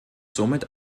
somit